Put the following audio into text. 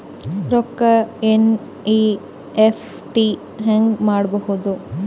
ರೊಕ್ಕ ಎನ್.ಇ.ಎಫ್.ಟಿ ಹ್ಯಾಂಗ್ ಮಾಡುವುದು?